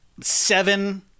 seven